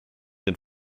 den